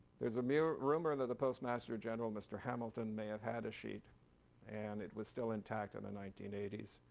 there's a mere rumor that the postmaster general mr. hamilton may have had a sheet and it was still intact in and the nineteen eighty s,